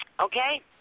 Okay